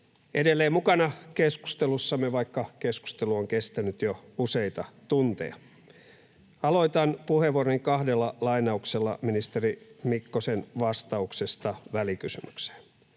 edelleen mukana keskustelussamme, vaikka keskustelu on kestänyt jo useita tunteja. Aloitan puheenvuoroni kahdella lainauksella ministeri Mikkosen vastauksesta välikysymykseen: